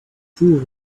proof